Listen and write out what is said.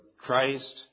Christ